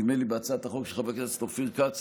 נדמה לי שבהצעת החוק של חבר הכנסת אופיר כץ,